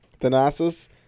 Thanasis